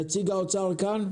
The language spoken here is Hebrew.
נציג האוצר כאן?